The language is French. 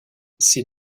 ses